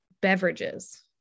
beverages